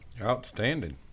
Outstanding